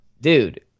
Dude